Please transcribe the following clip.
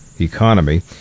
economy